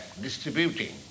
distributing